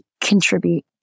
contribute